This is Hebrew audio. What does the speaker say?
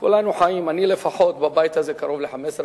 כולנו חיים, אני לפחות בבית הזה קרוב ל-15 שנים.